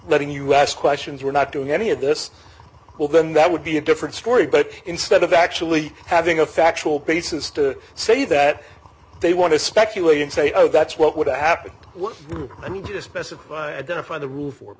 letting you ask questions we're not doing any of this well then that would be a different story but instead of actually having a factual basis to say that they want to speculate and say oh that's what would happen i need to specify identify the rule for